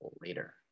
later